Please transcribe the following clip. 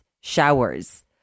showers